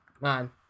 man